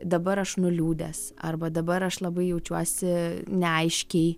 dabar aš nuliūdęs arba dabar aš labai jaučiuosi neaiškiai